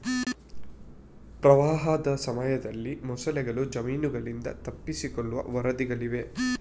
ಪ್ರವಾಹದ ಸಮಯದಲ್ಲಿ ಮೊಸಳೆಗಳು ಜಮೀನುಗಳಿಂದ ತಪ್ಪಿಸಿಕೊಳ್ಳುವ ವರದಿಗಳಿವೆ